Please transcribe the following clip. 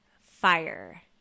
fire